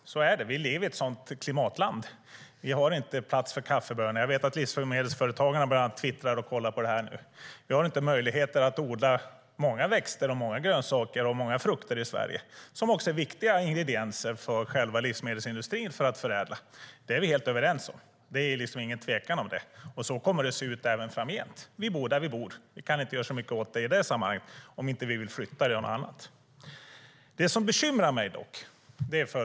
Vi lever i ett land med ett sådant klimat. Vi har inte plats för kaffebönor. Jag vet att bland annat livsmedelsföretagen twittrar och kollar på det här. Det är många växter, grönsaker och frukter som vi inte har möjlighet att odla i Sverige men som är viktiga ingredienser i livsmedelsindustrins förädling. Det är vi helt överens om. Om detta råder ingen tvekan. Så kommer det att se ut framgent. Vi bor där vi bor och kan inte göra så mycket åt det, om vi inte vill flytta. Det är något annat som bekymrar mig.